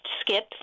skip